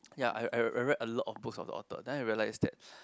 ya I I I read a lot of books of the author then I realise that